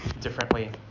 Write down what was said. differently